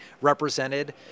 represented